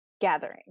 gathering